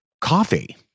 coffee